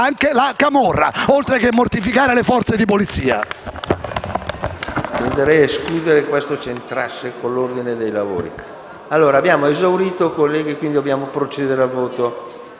anche la camorra, oltre a mortificare le forze di polizia.